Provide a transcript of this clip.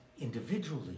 individually